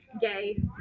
gay